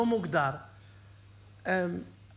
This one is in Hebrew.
לא מוגדר,